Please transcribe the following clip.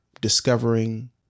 discovering